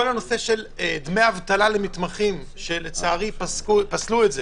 כל הנושא של דמי אבטלה למתמחים, שלצערי פסלו את זה